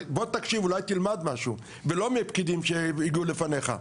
בוא תקשיב אולי תלמד משהו ולא מפקידים שהגיעו לפניך.